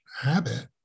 habit